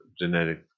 genetic